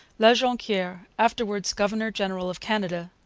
la jonquiere, afterwards governor-general of canada,